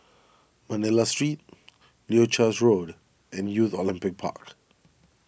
Manila Street Leuchars Road and Youth Olympic Park